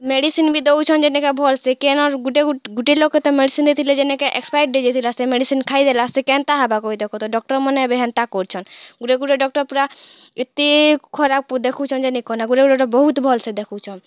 medicine ବି ଦୋଉଚନ୍ ଯେ ନେଇକେଁ ଭଲ୍ସେ କେନର୍ ଗୁଟେ ଗୁଟେ ଲୋକ୍କେ ତ ମେଡ଼ିସିନ୍ ଦେଇଥିଲେ ଜେ ନେକେ ଏକ୍ସ୍ପାୟାଡ଼୍ ହେଇଯାଇଥିଲା ସେ ମେଡ଼ିସିନ୍ ଖାଇଦେଲା ସେ କେନ୍ତା ହେବା କହି ଦେଖତ ଡକ୍ଟର୍ମାନେ ଏବେ ହେନ୍ତା କରୁଚନ୍ ଗୁଟେ ଗୁଟେ ଡକ୍ଟର୍ ପୁରା ଏତେ ଖରାପ୍ ଦେଖୁଚନ୍ ଯେ ନେଇଁ କହନା ଗୁଟେ ଗୁଟେ ଡକ୍ଟର୍ ବୋହୁତ୍ ଭଲ୍ସେ ଦେଖୁଛନ୍